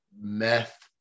meth